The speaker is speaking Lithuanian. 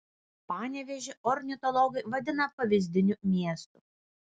panevėžį ornitologai vadina pavyzdiniu miestu